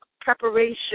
preparation